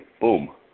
Boom